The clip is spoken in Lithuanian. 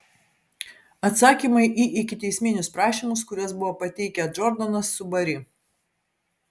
atsakymai į ikiteisminius prašymus kuriuos buvo pateikę džordanas su bari